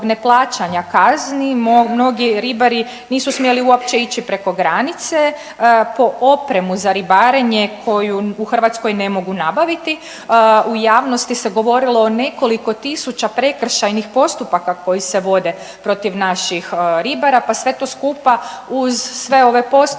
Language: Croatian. neplaćanja kazni mnogi ribari nisu smjeli uopće ići preko granice po opremu za ribarenje koju u Hrvatskoj ne mogu nabaviti? U javnosti se govorilo o nekoliko tisuća prekršajnih postupaka koji se vode protiv naših ribara, pa to sve skupa uz sve ove postojeće